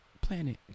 planet